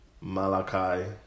Malachi